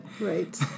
Right